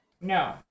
no